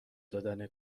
دادن